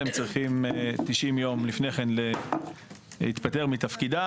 צריכים 90 יום לפני כן להתפטר מתפקידם.